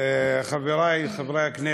חברי חברי הכנסת,